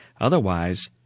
Otherwise